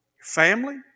family